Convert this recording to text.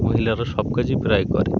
মহিলারা সব কাজই প্রায় করে